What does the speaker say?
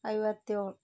ಐವತ್ತೇಳು